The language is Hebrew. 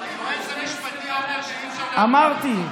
מתוניס, אמרתי.